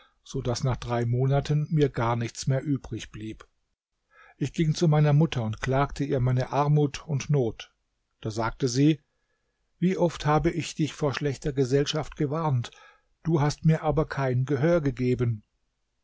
so daß nach drei monaten mir gar nichts mehr übrig blieb ich ging zu meiner mutter und klagte ihr meine armut und not da sagte sie wie oft habe ich dich vor schlechter gesellschaft gewarnt du hast mir aber kein gehör gegeben